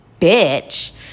bitch